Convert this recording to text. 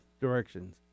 directions